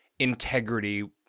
integrity